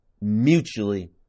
mutually